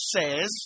says